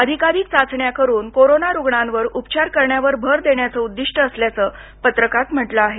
अधिकाधिक चाचण्या करून कोरोना रुग्णांवर उपचार करण्यावर भर देण्याचं उद्दिष्ट असल्याचं पत्रकात म्हटलं आहे